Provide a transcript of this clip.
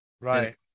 right